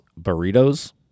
burritos